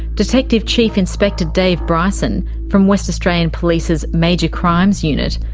detective chief inspector dave bryson, from west australian police's major crimes unit,